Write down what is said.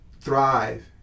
thrive